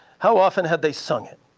how often had they sung it?